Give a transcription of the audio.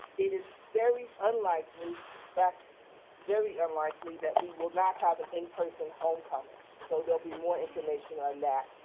it is very unlikely, in fact very unlikely, that we will not have an in person homecoming. so there will be more information on that.